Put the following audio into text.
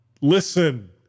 listen